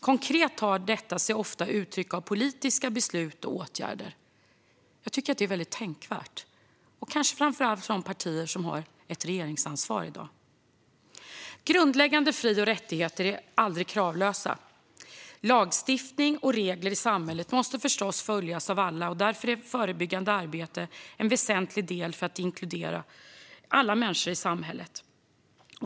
Konkret tar detta sig ofta uttryck i politiska beslut och åtgärder. Jag tycker att det här är tänkvärt, kanske framför allt för de partier som har ett regeringsansvar i dag. Grundläggande fri och rättigheter är aldrig kravlösa. Lagstiftning och regler i samhället måste förstås följas av alla, och därför är förebyggande arbete en väsentlig del för att inkludera alla människor i samhället.